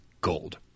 gold